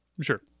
Sure